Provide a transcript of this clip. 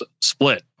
split